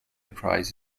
prize